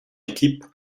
équipe